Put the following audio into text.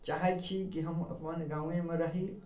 चाहै छी कि हम अपन गामेमे रही